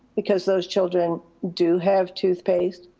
because those children do have toothpaste,